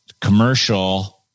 Commercial